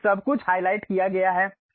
तो सब कुछ हाइलाइट किया गया है